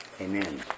Amen